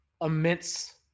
immense